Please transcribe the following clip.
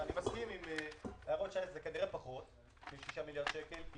אני מסכים עם הערות שזה כנראה פחות מ-6 מיליארד שקלים,